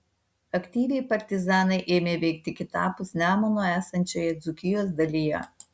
aktyviai partizanai ėmė veikti kitapus nemuno esančioje dzūkijos dalyje